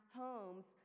homes